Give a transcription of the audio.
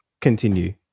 continue